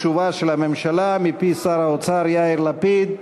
כרגע נשמע את התשובה של הממשלה מפי שר האוצר יאיר לפיד,